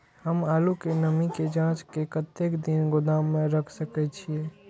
हम आलू के नमी के जाँच के कतेक दिन गोदाम में रख सके छीए?